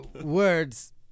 words